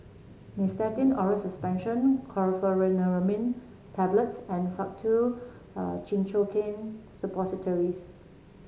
Nystatin Oral Suspension Chlorpheniramine Tablets and Faktu Cinchocaine Suppositories